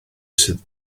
sydd